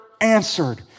answered